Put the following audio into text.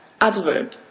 adverb